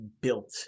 built